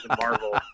Marvel